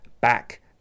back